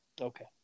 okay